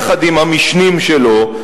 יחד עם המשנים שלו.